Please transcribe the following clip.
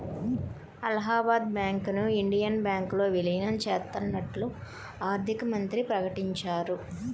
అలహాబాద్ బ్యాంకును ఇండియన్ బ్యాంకులో విలీనం చేత్తన్నట్లు ఆర్థికమంత్రి ప్రకటించారు